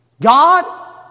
God